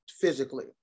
physically